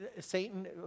Satan